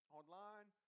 online